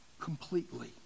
Completely